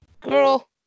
Girl